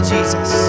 Jesus